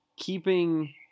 keeping